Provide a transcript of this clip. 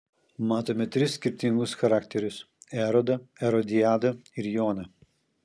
matome tris skirtingus charakterius erodą erodiadą ir joną